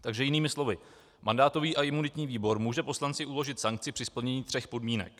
Takže jinými slovy, mandátový a imunitní výbor může poslanci uložit sankci při splnění tří podmínek.